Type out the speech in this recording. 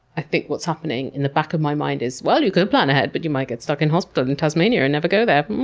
i think what's happening in the back of my mind is, well, you could plan ahead, but you might get stuck in hospital in tasmania and never go there.